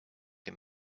him